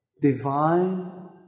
divine